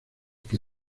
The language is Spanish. que